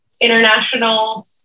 international